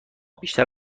بیشتر